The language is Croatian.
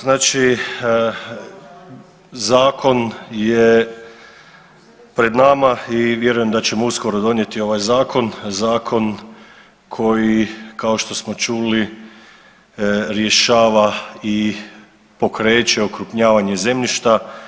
Znači, zakon je pred nama i vjerujem da ćemo uskoro donijeti ovaj zakon, zakon koji kao što smo čuli rješava i pokreće okrupnjavanje zemljišta.